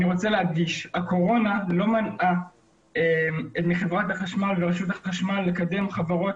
אני רוצה להדגיש: הקורונה לא מנעה מרשות החשמל לקדם חברות